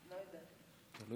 אתה גדלת בעפולה,